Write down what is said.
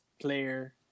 player